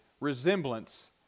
resemblance